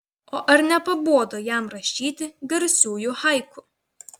o ar nepabodo jam rašyti garsiųjų haiku